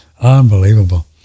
Unbelievable